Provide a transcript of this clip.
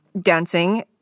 dancing